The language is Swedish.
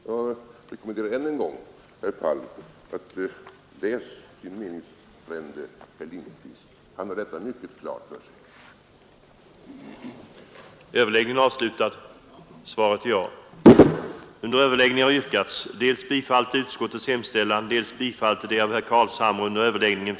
Jag rekommenderar än en gång herr Palm att läsa vad som skrivits av hans meningsfrände Sven Lindqvist, som har detta mycket klart för sig.